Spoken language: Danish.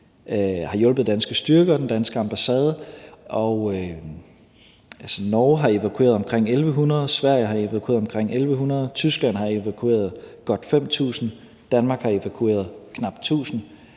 har hjulpet danske styrker og den danske ambassade. Norge har evakueret omkring 1.100, Sverige har evakueret omkring 1.100, Tyskland har evakueret godt 5.000, og Danmark har evakueret knap 1.000.